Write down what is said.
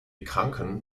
kranken